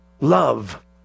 love